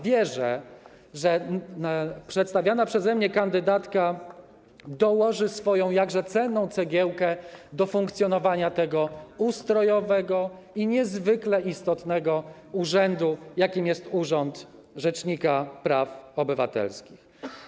Wierzę, że przedstawiana przeze mnie kandydatka dołoży swoją jakże cenną cegiełkę do funkcjonowania tego ustrojowego i niezwykle istotnego urzędu, jakim jest urząd rzecznika praw obywatelskich.